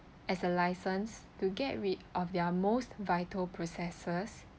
as a license to get rid of their most vital processes